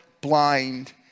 blind